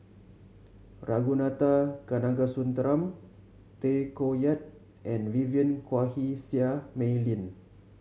Ragunathar Kanagasuntheram Tay Koh Yat and Vivien Quahe Seah Mei Lin